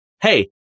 hey